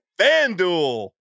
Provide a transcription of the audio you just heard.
FanDuel